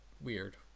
Weird